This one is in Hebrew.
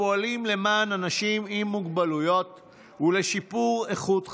הפועלים למען אנשים עם מוגבלויות לשיפור איכות חייהם,